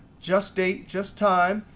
just date, just time,